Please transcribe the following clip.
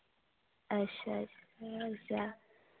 अच्छ अच्छ अच्छा